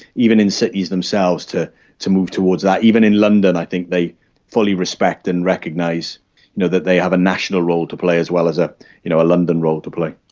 even in cities themselves, to to move towards that. even in london i think they fully respect and recognise that they have a national role to play as well as a you know london role to play.